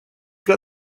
got